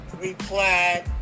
replied